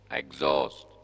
exhaust